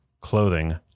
clothing